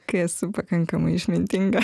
kai esu pakankamai išmintinga